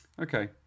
Okay